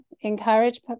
encourage